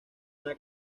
una